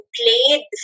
played